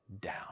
down